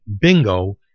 bingo